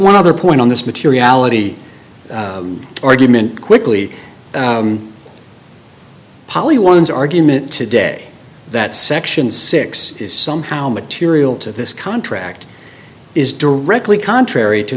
one other point on this materiality argument quickly poly ones argument today that section six is somehow material to this contract is directly contrary to